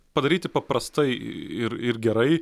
padaryti paprastai ir ir gerai